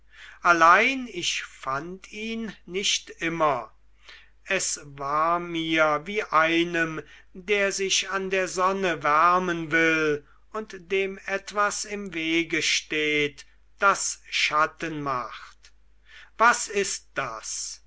allein ich fand ihn nicht immer es war mir wie einem der sich an der sonne wärmen will und dem etwas im wege steht das schatten macht was ist das